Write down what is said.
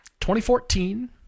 2014